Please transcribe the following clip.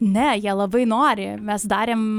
ne jie labai nori mes darėm